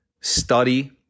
Study